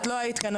את לא היית כאן.